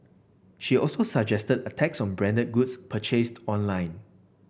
she also suggested a tax on branded goods purchased online